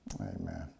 Amen